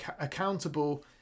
accountable